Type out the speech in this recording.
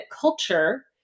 culture